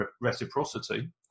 reciprocity